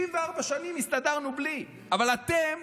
74 שנים הסתדרנו בלי, אבל אתם